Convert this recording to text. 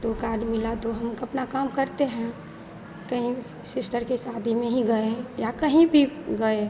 तो कार्ड मिला तो हम अपना काम करते हैं कहीं शिश्टर के शादी में ही गएं या कहीं भी गए